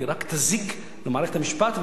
היא רק תזיק למערכת המשפט,